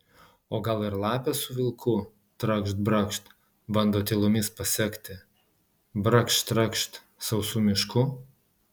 o gal ir lapė su vilku trakšt brakšt bando tylomis pasekti brakšt trakšt sausu mišku